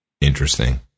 Interesting